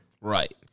Right